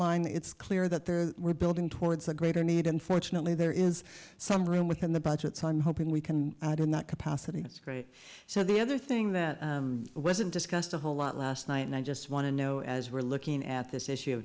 line it's clear that they were building towards a greater need unfortunately there is some room within the budget so i'm hoping we can do not capacity that's great so the other thing that wasn't discussed a whole lot last night and i just want to know as we're looking at this issue